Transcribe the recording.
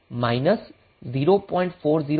4076 A છે